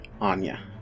Anya